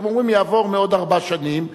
אתם אומרים: יעבור מעוד ארבע שנים,